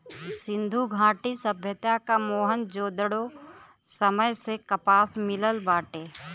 सिंधु घाटी सभ्यता क मोहन जोदड़ो समय से कपास मिलल बाटे